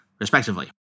respectively